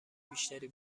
بیشتری